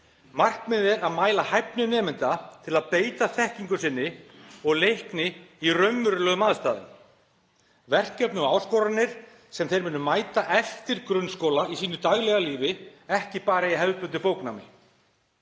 Markmiðið er að mæla hæfni nemenda til að beita þekkingu sinni og leikni í raunverulegum aðstæðum, verkefnum og áskorunum sem þeir munu mæta eftir grunnskóla í sínu daglega lífi, ekki bara í hefðbundnu bóknámi.